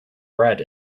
bread